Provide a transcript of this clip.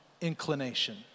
inclination